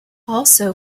also